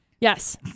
Yes